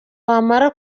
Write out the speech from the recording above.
wamara